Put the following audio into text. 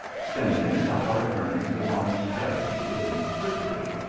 spend ing the hard earnings of honest peregil in frippery,